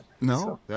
No